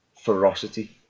ferocity